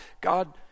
God